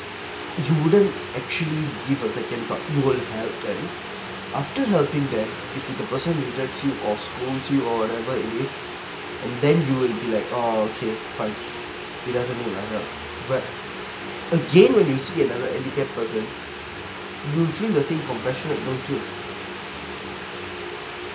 you wouldn't actually give a second thought you will help them after helping them if the the person who hurts you or scold you or whatever it is and then you will be like oh okay fine it doesn't worth a help but again when you see like a handicap person will feel the same compassionate don't you